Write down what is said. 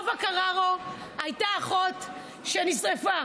טובה קררו הייתה אחות שנשרפה.